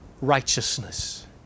righteousness